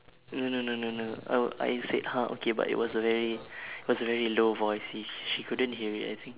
no no no no no I w~ I said !huh! okay but it was a very was a very low voice she she couldn't hear it I think